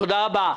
תודה רבה.